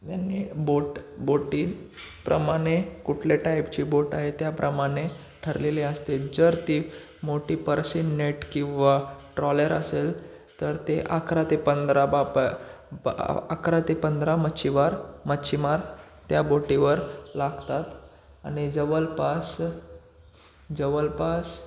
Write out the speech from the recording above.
यांनी बोट बोटीप्रमाणे कुठले टाईपची बोट आहे त्याप्रमाणे ठरलेली असते जर ती मोठी पर्से नेट किंवा ट्रॉलेर असेल तर ते अकरा ते पंधरा बापा अकरा ते पंधरा मच्छीमार मच्छीमार त्या बोटीवर लागतात आणि जवळपास जवळपास